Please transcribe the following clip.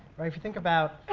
if you think about,